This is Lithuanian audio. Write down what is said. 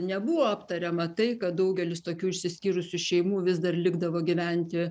nebuvo aptariama tai kad daugelis tokių išsiskyrusių šeimų vis dar likdavo gyventi